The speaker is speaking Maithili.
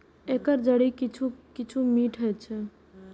एकर जड़ि किछु किछु मीठ होइ छै